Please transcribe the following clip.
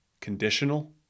conditional